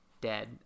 dead